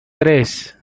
tres